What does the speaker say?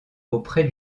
auprès